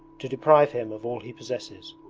to deprive him of all he possesses.